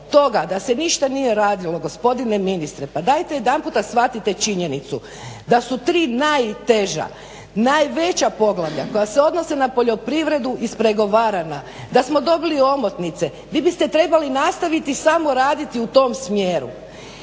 da se ništa nije radilo, gospodine ministre, pa dajte jedanput shvatite činjenicu da su tri najteža, najveća poglavlja koja se odnose na poljoprivredu ispregovarana, da smo dobili omotnice. Vi biste trebali nastaviti samo raditi u tom smjeru.